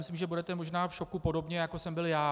Myslím, že budete možná v šoku podobně, jako jsem byl já.